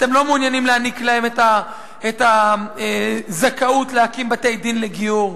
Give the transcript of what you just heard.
אתם לא מעוניינים להעניק להם את הזכאות להקים בתי-דין לגיור.